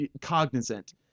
cognizant